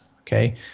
Okay